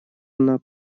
она